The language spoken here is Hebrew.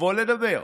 נבוא לדבר.